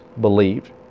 believed